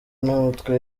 n’umutwe